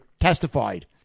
testified